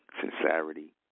sincerity